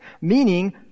meaning